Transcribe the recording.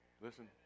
Listen